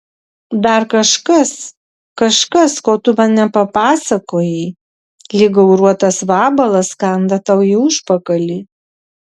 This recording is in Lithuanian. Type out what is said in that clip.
dar kažkas kažkas ko tu man nepapasakojai lyg gauruotas vabalas kanda tau į užpakalį